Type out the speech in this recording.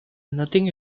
nothing